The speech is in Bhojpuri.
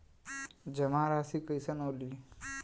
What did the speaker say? जमा राशि कइसे निकली?